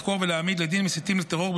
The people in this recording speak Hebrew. לחקור ולהעמיד לדין מסיתים לטרור,